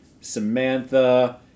Samantha